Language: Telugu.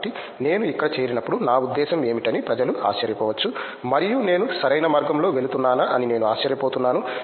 కాబట్టి నేను ఇక్కడ చేరినప్పుడు నా ఉద్దేశ్యం ఏమిటని ప్రజలు ఆశ్చర్యపోవచ్చు మరియు నేను సరైన మార్గంలో వెళుతున్నానా అని నేను ఆశ్చర్యపోతున్నాను